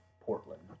Portland